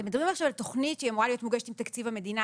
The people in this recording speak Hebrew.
אתם מדברים עכשיו על תוכנית שהיא אמורה להיות מוגשת עם תקציב המדינה,